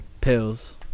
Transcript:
Pills